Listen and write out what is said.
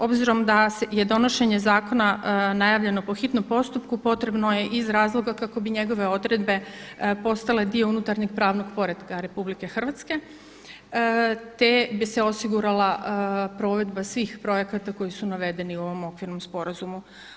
Obzirom da je donošenje zakona najavljeno po hitnom postupku potrebno je iz razloga kako bi njegove odredbe postale dio unutarnje pravnog poretka RH, te bi se osigurala provedba svih projekata koji su navedeni u ovom okvirnom sporazumu.